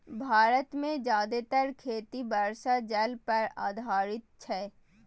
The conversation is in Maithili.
भारत मे जादेतर खेती वर्षा जल पर आधारित छै